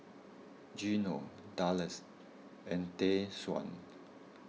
Geno Dallas and Tayshaun